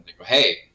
Hey